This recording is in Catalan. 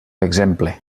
exemple